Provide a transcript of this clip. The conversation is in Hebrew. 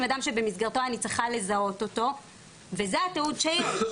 אדם שבמסגרתו אני צריכה לזהות אותו וזה התיעוד שיש.